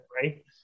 Right